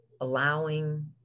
allowing